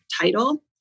title